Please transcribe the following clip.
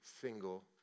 single